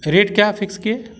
rate क्या fix किए